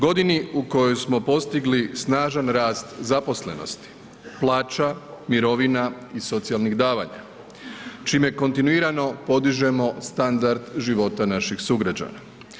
Godini u kojoj smo postigli snažan rast zaposlenosti, plaća, mirovina i socijalnih davanja čime kontinuirano podižemo standard života naših sugrađana.